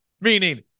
Meaning